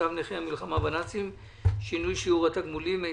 התש"ף 2020 והצעת תקנות נכי המלחמה בנאצים (טיפול רפואי) (תיקון),